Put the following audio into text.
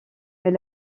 mais